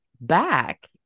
back